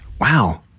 Wow